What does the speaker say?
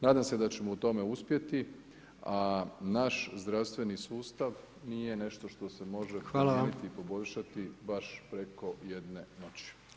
Nadam se da ćemo u tome uspjeti, a naš zdravstveni sustav, nije nešto što se može primijeniti, poboljšati, baš preko jedne noći.